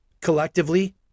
collectively